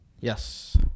Yes